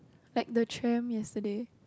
like the tram yesterday